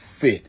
fit